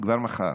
כבר מחר,